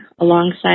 alongside